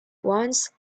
once